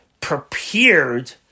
prepared